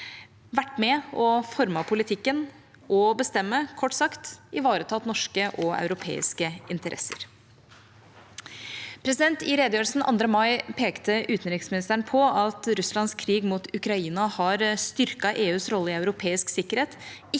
vært med på å forme politikken og bestemme – kort sagt: ivaretatt norske og europeiske interesser. I redegjørelsen 2. mai pekte utenriksministeren på at Russlands krig mot Ukraina har styrket EUs rolle i europeisk sikkerhet,